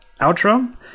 outro